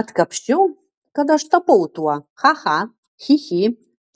atkapsčiau kada aš tapau tuo cha cha chi chi